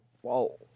Whoa